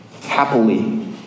happily